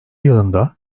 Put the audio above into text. yılında